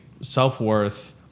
self-worth